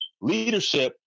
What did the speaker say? leadership